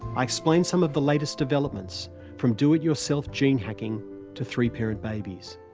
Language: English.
i explained some of the latest developments from do-it-yourself gene hacking to three-parent babies.